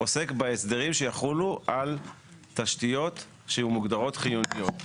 עוסק בהסדרים שיחולו על תשתיות שמוגדרות חיוניות.